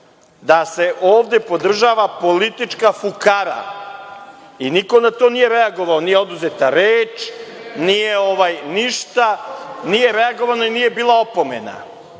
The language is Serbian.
da se ovde podržava politička fukara i niko na to nije reagovao, nije oduzeta reč, nije reagovano i nije bilo opomena. Znači,